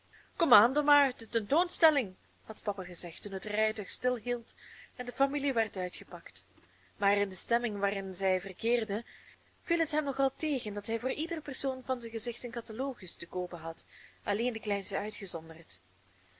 maar de tentoonstelling had papa gezegd toen het rijtuig stilhield en de familie werd uitgepakt maar in de stemming waarin zed verkeerde viel het hem nogal tegen dat hij voor ieder persoon van zijn gezin een catalogus te koopen had alleen de kleinste uitgezonderd